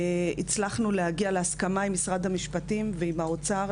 הצלחנו להגיע להסכמה עם משרד המשפטים ועם האוצר,